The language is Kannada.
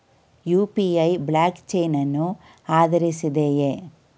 ಯು.ಪಿ.ಐ ಬ್ಲಾಕ್ ಚೈನ್ ಅನ್ನು ಆಧರಿಸಿದೆಯೇ?